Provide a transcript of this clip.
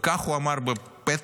וכך הוא אמר בפתח